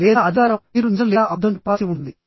లేదా అధికారం మీరు నిజం లేదా అబద్ధం చెప్పాల్సి ఉంటుంది